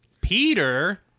Peter